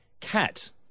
cat